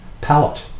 palette